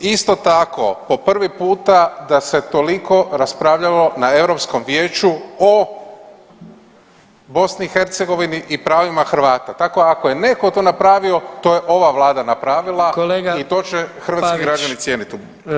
Isto tako po prvi puta da se toliko raspravljalo na Europskom Vijeću o BiH i pravima Hrvatima, tako ako je neko to napravio to je ova vlada napravila i to će hrvatski građani cijeniti.